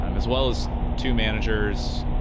um as well as two managers,